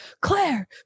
claire